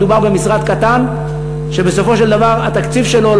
הרי מדובר במשרד קטן שבסופו של דבר התקציב שלו,